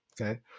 Okay